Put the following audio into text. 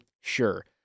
sure